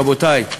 רבותי,